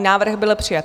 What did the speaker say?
Návrh byl přijat.